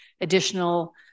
additional